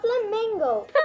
flamingo